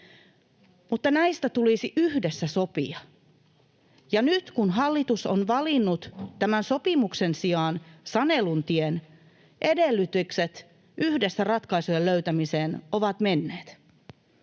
mutta näistä tulisi yhdessä sopia. Nyt, kun hallitus on valinnut tämän sopimuksen sijaan sanelun tien, edellytykset yhdessä ratkaisujen löytämiseen ovat menneet.